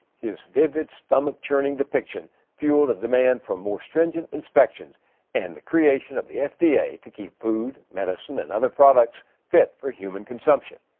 his vivid, stomach-churning depiction fueled a demand for more stringent inspections and the creation of the fda to keep food, medicine and other products fit for human consumption.